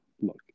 look